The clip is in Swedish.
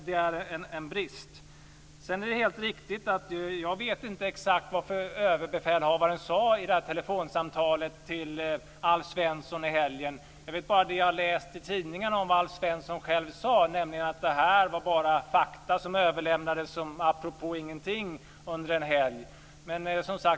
Det är helt riktigt att jag inte exakt vet vad överbefälhavaren sade i telefonsamtalet med Alf Svensson i helgen. Jag har bara läst i tidningarna vad Alf Svensson själv sade, nämligen att det bara var fakta som överlämnades apropå ingenting under en helg.